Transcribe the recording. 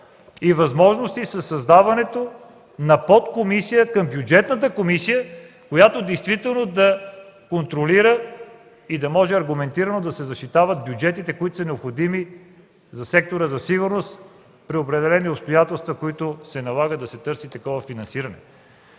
и възможности със създаването на подкомисия към Бюджетната комисия, която действително да контролира и да може аргументирано да се защитават бюджетите, необходими за сектора за сигурност, при определени обстоятелства, при които се налага да се търси такова финансиране.